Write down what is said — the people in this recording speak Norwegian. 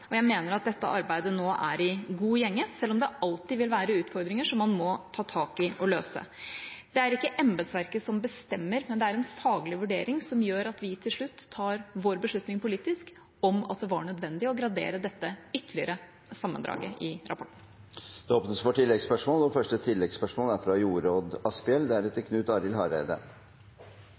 Jeg mener at dette arbeidet nå er i god gjenge, selv om det alltid vil være utfordringer som man må ta tak i og løse. Det er ikke embetsverket som bestemmer. Det var en faglig vurdering som gjorde at vi til slutt tok vår beslutning politisk om at det var nødvendig å gradere sammendraget i rapporten ytterligere. Det blir gitt anledning til oppfølgingsspørsmål – først Jorodd Asphjell.